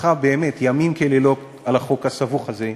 שטרחה באמת לילות כימים על החוק הסבוך הזה,